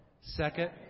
Second